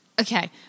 Okay